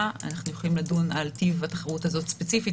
אנחנו יכולים לדון על טיב התחרות הזאת ספציפית,